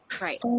right